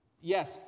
Yes